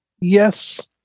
Yes